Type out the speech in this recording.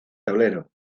tablero